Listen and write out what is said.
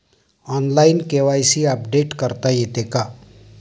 Online KYC update करता येते का?